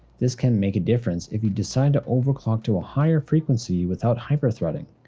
this can make a difference if you decide to overclock to a higher frequency without hyper-threading.